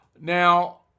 Now